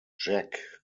jack